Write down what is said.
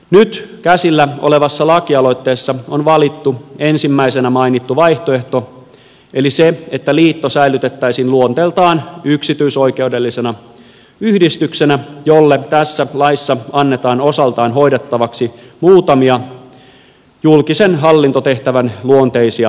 nyt käsillä olevassa laki aloitteessa on valittu ensimmäisenä mainittu vaihtoehto eli se että liitto säilytettäisiin luonteeltaan yksityisoikeudellisena yhdistyksenä jolle tässä laissa annetaan osaltaan hoidettavaksi muutamia julkisen hallintotehtävän luonteisia toimintoja